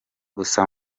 gusa